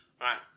Right